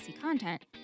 content